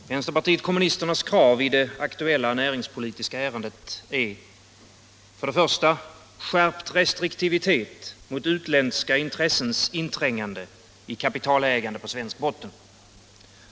Herr talman! Västerpartiet kommunisternas krav i det aktuella näringspolitiska ärendet är följande. För det första: Skärpt restriktivitet mot utländska intressens inträngande i kapitalägandet på svensk botten.